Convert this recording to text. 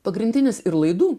pagrindinis ir laidų